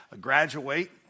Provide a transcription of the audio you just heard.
graduate